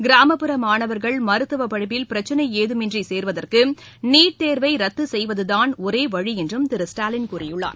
கிராமப்புற மாணவர்கள் மருத்துவ படிப்பில் பிரச்சினை ஏதுமின்றி சேருவதற்கு நீட் தேர்வை ரத்து செய்வது தான் ஒரே வழி என்றும் திரு ஸ்டாலின் கூறியுள்ளார்